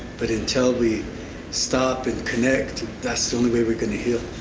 but until we stop and connect, that's the only way we can heal.